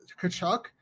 Kachuk